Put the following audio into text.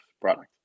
product